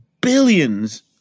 billions